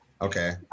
okay